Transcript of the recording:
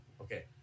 Okay